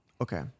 Okay